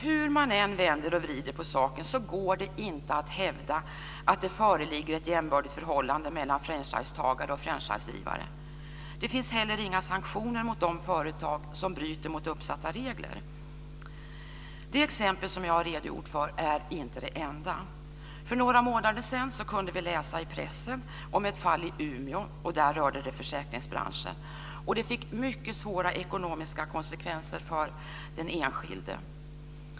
Hur man än vänder och vrider på det hela går det inte att hävda att det föreligger ett jämbördigt förhållande mellan franchisetagare och franchisegivare. Inte heller finns det några sanktioner mot företag som bryter mot uppsatta regler. Det exempel som jag har redogjort för är inte det enda. För några månader sedan kunde vi läsa i pressen om ett fall i Umeå. Det rörde försäkringsbranschen. De ekonomiska konsekvenserna blev mycket svåra för den enskilde.